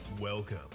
Welcome